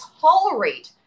tolerate